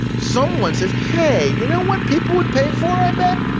someone says hey, you know what people would pay for, i bet?